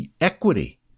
equity